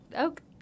okay